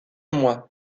moi